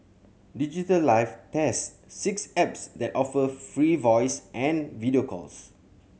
Digital Life test six apps that offer free voice and video calls